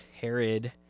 herod